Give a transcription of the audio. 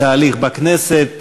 התהליך בכנסת,